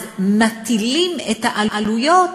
אז מטילים את העלויות